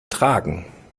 tragen